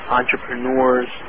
entrepreneurs